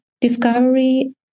discovery